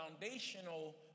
foundational